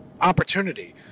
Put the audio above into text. opportunity